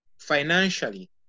financially